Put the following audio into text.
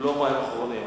לא מים אחרונים.